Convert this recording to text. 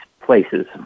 places